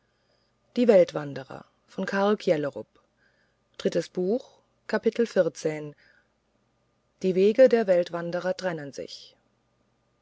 beiden parteien die wege der weltwanderer trennen sich